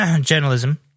journalism